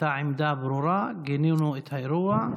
הייתה עמדה ברורה: גינינו את האירוע.